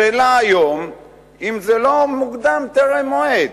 השאלה היום אם זה לא מוקדם, טרם מועד.